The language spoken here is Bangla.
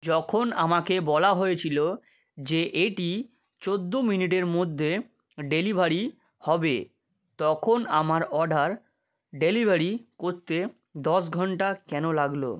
যখন আমাকে বলা হয়েছিলো যে এটি চোদ্দো মিনিটের মধ্যে ডেলিভারি হবে তখন আমার অর্ডার ডেলিভারি করতে দশ ঘন্টা কেন লাগলো